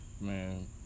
Man